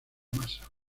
masa